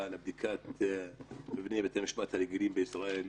לבדיקת מבני בתי המשפט הרגילים בישראל.